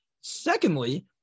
Secondly